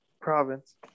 province